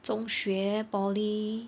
中学 polytechnic